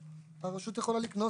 הרשות יכולה לקנות,